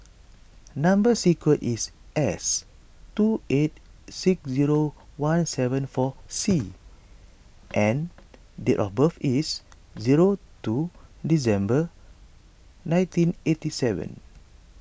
Number Sequence is S two eight six zero one seven four C and date of birth is zero two December nineteen eighty seven